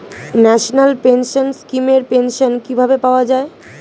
National pension scheme এর pension কিভাবে পাওয়া যায়?